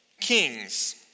kings